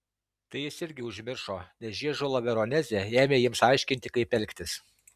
tai jis irgi užmiršo nes žiežula veronezė ėmė jiems aiškinti kaip elgtis